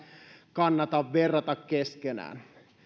kannata verrata keskenään